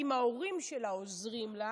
אם ההורים שלה עוזרים לה,